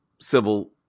civil